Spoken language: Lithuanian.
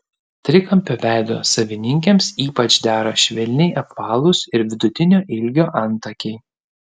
trikampio veido savininkėms ypač dera švelniai apvalūs ir vidutinio ilgio antakiai